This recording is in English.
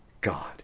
God